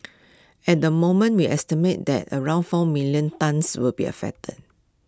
at the moment we estimate that around four million tonnes will be affected